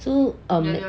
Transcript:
so um